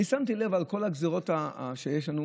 אני שמתי לב לכל הגזרות שיש לנו.